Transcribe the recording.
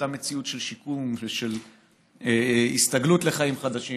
אותה מציאות של שיקום ושל הסתגלות לחיים חדשים,